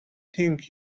think